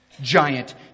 giant